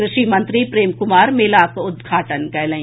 कृषि मंत्री प्रेम कुमार मेलाक उद्घाटन कयलनि